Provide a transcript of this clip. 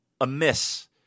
amiss